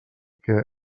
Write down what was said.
que